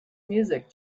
music